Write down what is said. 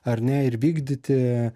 ar ne ir vykdyti